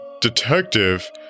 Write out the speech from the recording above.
detective